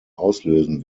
auslösen